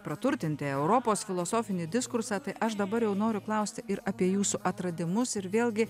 praturtinti europos filosofinį diskursą tai aš dabar jau noriu klausti ir apie jūsų atradimus ir vėlgi